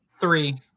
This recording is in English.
Three